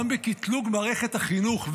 גם בקטלוג מערכת החינוך,